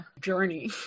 journey